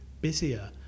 busier